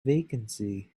vacancy